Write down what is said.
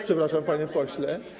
Przepraszam, panie pośle.